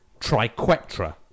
triquetra